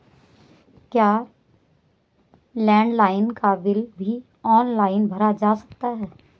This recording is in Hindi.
क्या लैंडलाइन का बिल भी ऑनलाइन भरा जा सकता है?